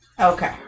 Okay